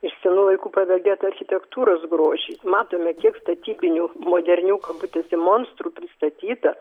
iš senų laikų paveldėtą architektūros grožį matome kiek statybinių modernių kabutėse monstrų pristatyta